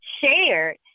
shared